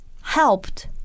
helped